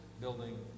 building